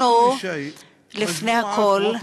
לפני הכול,